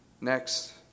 next